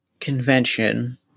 convention